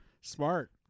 smart